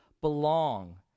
belong